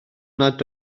nad